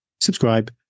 subscribe